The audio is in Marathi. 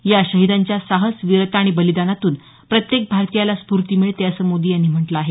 या शहीदांच्या साहस वीरता आणि बलिदानातून प्रत्येक भारतीयाला स्फूर्ती मिळते असं मोदी यांनी म्हटलं आहे